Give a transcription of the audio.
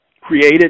created